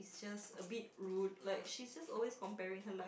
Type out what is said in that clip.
is just a bit rude like she's just always comparing her